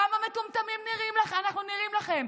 כמה מטומטמים אנחנו נראים לכם?